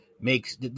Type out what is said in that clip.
makes